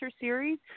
series